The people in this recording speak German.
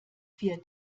vier